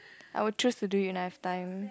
I will choose to do it when I have time